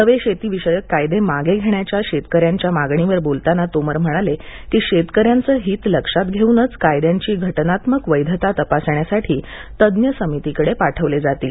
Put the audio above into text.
नवे शेतीविषयक कायदे मागे घेण्याच्या शेतकेयांच्या मागणीवर बोलताना तोमर म्हणाले की शेतकऱ्यांचं हित लक्षात घेऊनच कायद्यांची घटनात्मक वैधता तपासण्यासाठी तज्ज्ञ समितीकडे पाठवल्या जातील